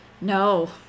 No